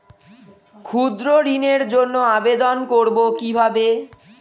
ক্ষুদ্র ঋণের জন্য আবেদন কিভাবে করব?